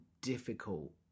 difficult